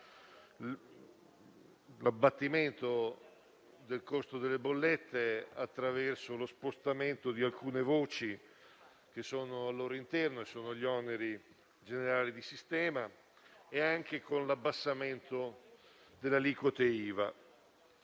l'abbattimento del costo delle bollette, attraverso lo spostamento di alcune voci che sono al loro interno (gli oneri generali di sistema) e l'abbassamento delle aliquote